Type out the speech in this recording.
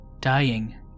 dying